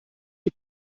die